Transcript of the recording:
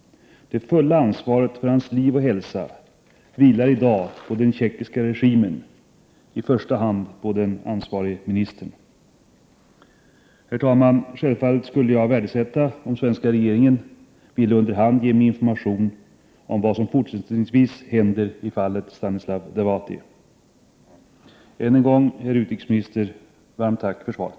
Det fulla ansvaret för hans liv och hälsa vilar i dag på den tjeckoslovakiska regimen — i första hand på den ansvarige ministern. Herr talman! Jag skulle självfallet värdesätta om den svenska regeringen ger mig information under hand om vad som fortsättningsvis händer i fallet Stanislav Devåty. Än en gång, herr utrikesminister, ett varmt tack för svaret!